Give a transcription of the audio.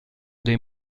dei